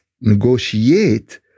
negotiate